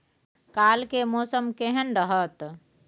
काल के मौसम केहन रहत?